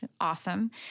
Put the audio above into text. awesome